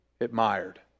admired